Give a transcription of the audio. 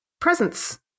presents